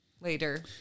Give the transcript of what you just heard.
later